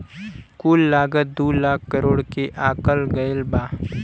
कुल लागत दू लाख करोड़ के आकल गएल बा